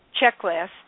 checklist